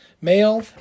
male